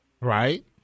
Right